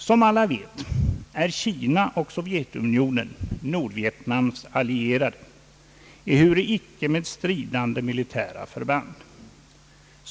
Som alla vet är Kina och Sovjetunionen Nordvietnams allierade, ehuru icke med stridande militära förband.